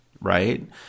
right